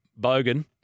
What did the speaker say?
Bogan